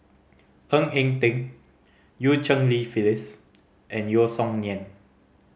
Ng Eng Teng Eu Cheng Li Phyllis and Yeo Song Nian